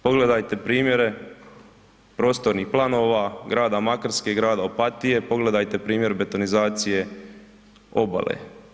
Pogledajte primjere prostornih planova grada Makarske i grada Opatije, pogledajte primjer betonizacije obale.